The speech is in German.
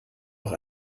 auch